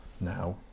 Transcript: now